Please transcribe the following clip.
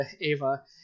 Ava